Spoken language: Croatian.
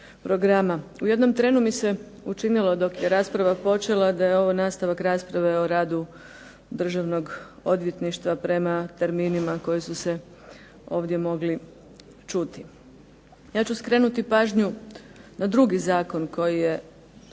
U jednom trenu mi se učinilo dok je rasprava počela da je ovo nastavak rasprave o radu Državnog odvjetništva prema terminima koji su se ovdje mogli čuti. Ja ću skrenuti pažnju na drugi zakon koji je